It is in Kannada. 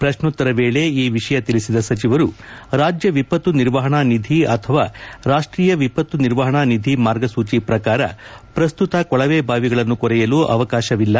ಪ್ರಶ್ನೋತ್ತರ ವೇಳೆ ಈ ವಿಷಯ ತಿಳಿಸಿದ ಸಚಿವರು ರಾಜ್ಯ ವಿವತ್ತು ನಿರ್ವಹಣಾ ನಿಧಿ ಅಥವಾ ರಾಷ್ಟೀಯ ವಿಪತ್ತು ನಿರ್ವಹಣಾ ನಿಧಿ ಮಾರ್ಗಸೂಚಿ ಪ್ರಕಾರ ಪ್ರಸ್ತುತ ಕೊಳವೆ ಬಾವಿಗಳನ್ನು ಕೊರೆಯಲು ಅವಕಾಶವಿಲ್ಲ